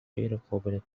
غیرقابل